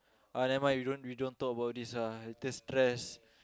ah never mind we don't we don't talk about this ah later stress